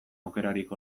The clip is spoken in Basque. aukerarik